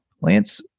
Lance